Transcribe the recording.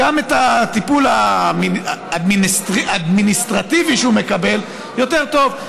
שגם הטיפול האדמיניסטרטיבי שהוא מקבל יהיה יותר טוב,